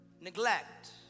neglect